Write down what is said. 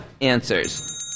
answers